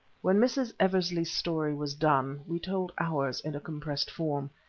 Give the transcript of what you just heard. when mrs. eversley's story was done, we told ours, in a compressed form.